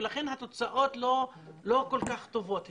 ולכן התוצאות לא כל כך טובות.